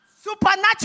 Supernatural